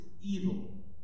evil